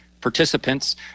participants